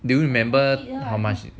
do you remember how much